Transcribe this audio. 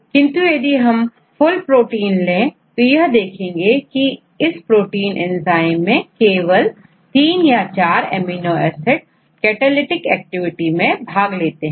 किंतु यदि हम फुल प्रोटीन ले तो यह देखेंगे की इस प्रोटीन एंजाइम के केवल तीन या चार एमिनो एसिड कैटालिटिक एक्टिविटी में भाग लेते हैं